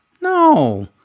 No